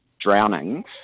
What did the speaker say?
drownings